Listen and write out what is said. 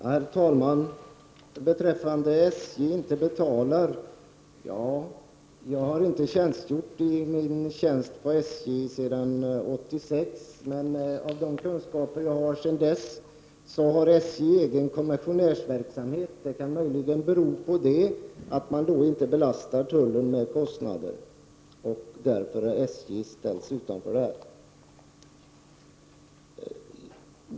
Herr talman! Först har vi frågan om att SJ inte betalar tullförrättningsavgifter. Jag har inte tjänstgjort vid SJ sedan 1986, men av de kunskaper jag har vet jag att SJ bedriver egen kommissionärsverksamhet. Det kan möjligen vara beroende på detta som tullen inte belastas med några kostnader, och därför har SJ ställts utanför.